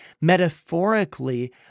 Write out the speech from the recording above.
metaphorically